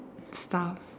stuff